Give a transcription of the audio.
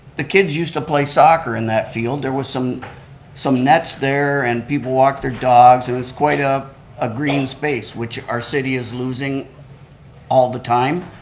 the kids used to play soccer in that field. there was some some nets there and people walked their dogs. it was quite a ah green space, which our city is losing all the time.